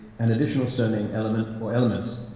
an additional surname element or elements.